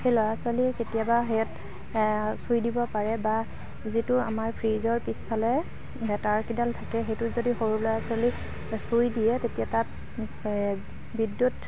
সেই ল'ৰা ছোৱালীয়ে কেতিয়াবা হেৰিয়াত চুই দিব পাৰে বা যিটো আমাৰ ফ্ৰিজৰ পিছফালে তাঁৰকেইডাল থাকে সেইটোত যদি সৰু ল'ৰা ছোৱালী চুই দিয়ে তেতিয়া তাত বিদ্যুৎ